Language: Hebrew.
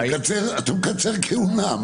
אתה מקצר כהונה.